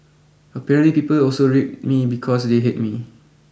apparently people also read me because they hate me